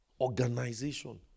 Organization